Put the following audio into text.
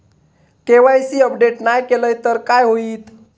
KYC update नाय केलय तर काय होईत?